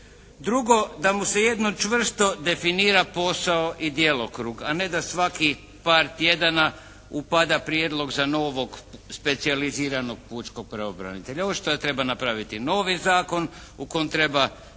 Drugo, da mu se jedno čvrsto definira posao i djelokrug a ne da svaki par tjedan upada prijedlog za novog specijaliziranog pučkog pravobranitelja. Očito da treba napraviti novi zakon u kojem treba